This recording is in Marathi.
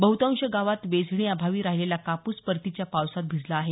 बहुतांश गावांत वेचणीअभावी राहिलेला कापूस परतीच्या पावसात भिजला आहे